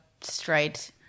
straight